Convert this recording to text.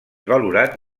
valorat